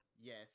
yes